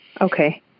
Okay